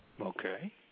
Okay